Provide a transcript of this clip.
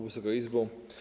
Wysoka Izbo!